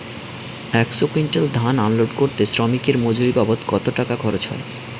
একশো কুইন্টাল ধান আনলোড করতে শ্রমিকের মজুরি বাবদ কত টাকা খরচ হয়?